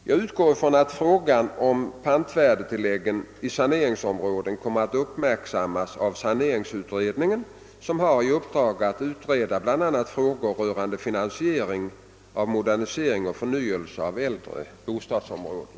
Jag utgår från att frågan om pantvärdetillägg i saneringsområden kommer att uppmärksammas av saneringsutredningen som har i uppdrag att utreda bl.a. frågor rörande finansieringen av modernisering och förnyelse av äldre bostadsområden.